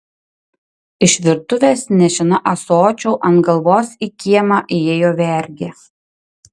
iš virtuvės nešina ąsočiu ant galvos į kiemą įėjo vergė